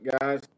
guys